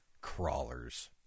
crawlers